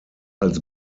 als